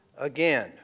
again